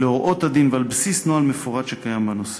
להוראות הדין ועל בסיס נוהל מפורט שקיים בנושא.